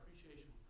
appreciation